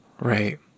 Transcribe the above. Right